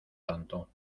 tanto